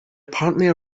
apparently